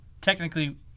technically